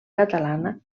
catalana